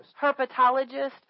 Herpetologist